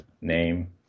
name